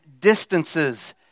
distances